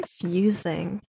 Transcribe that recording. confusing